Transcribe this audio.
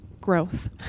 growth